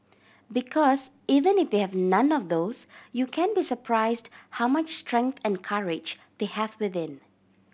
because even if they have none of those you can be surprised how much strength and courage they have within